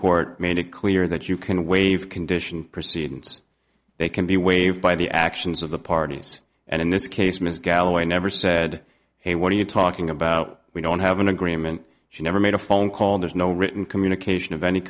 court made it clear that you can waive condition proceedings they can be waived by the actions of the parties and in this case ms galloway never said hey what are you talking about we don't have an agreement she never made a phone call there's no written communication of any